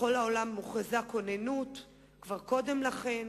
בכל העולם הוכרזה כוננות כבר קודם לכן,